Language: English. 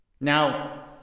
now